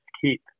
keep